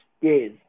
Yes